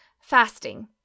Fasting